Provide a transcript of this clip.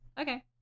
Okay